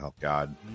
God